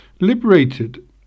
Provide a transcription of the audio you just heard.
liberated